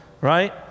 right